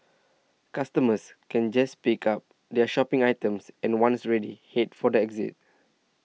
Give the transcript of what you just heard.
customers can just pick up their shopping items and once ready head for the exit